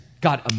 God